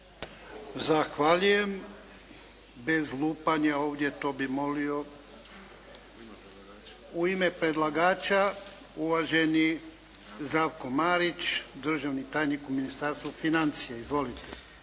Zahvaljujem. Bez lupanja ovdje, to bih molio. U ime predlagača, uvaženi Zdravko Marić, državni tajnik u Ministarstvu financija. Izvolite.